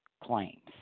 claims